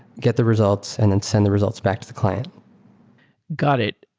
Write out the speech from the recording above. get the results and then send the results back to the client got it.